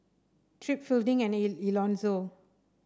Tripp Fielding and E Elonzo